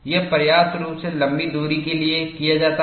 यह पर्याप्त रूप से लंबी दूरी के लिए किया जाता है